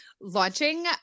launching